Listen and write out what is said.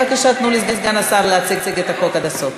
בבקשה, תנו לסגן השר להציג את החוק עד הסוף.